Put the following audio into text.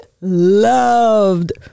loved